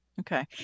Okay